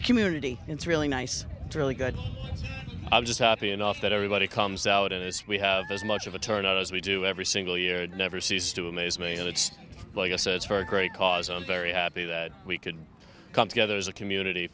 community it's really nice really good i'm just happy and off that everybody comes out as we have as much of a turnout as we do every single year it never ceases to amaze me and it's like a search for a great cause i'm very happy that we could come together as a community